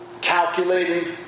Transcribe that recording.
calculating